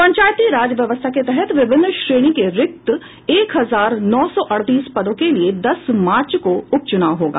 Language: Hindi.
पंचायती राज व्यवस्था के तहत विभिन्न श्रेणी के रिक्त एक हजार नौ सौ अड़तीस पदों के लिये दस मार्च को उप चुनाव होगा